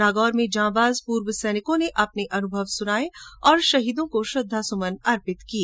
नागौर में जाबांज पूर्व सैनिकों ने अपने अनुभव सुनाये और शहीदों को श्रद्वासुमन अर्पित किए